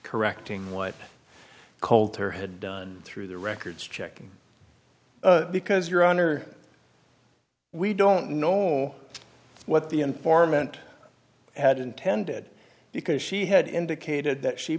correcting what coulter had done through the records check because your honor we don't know what the informant had intended because she had indicated that she